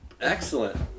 Excellent